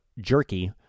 jerky